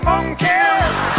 Monkey